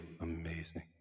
amazing